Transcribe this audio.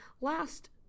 last